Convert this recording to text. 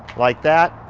like that,